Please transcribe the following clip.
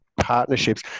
partnerships